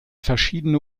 verschiedene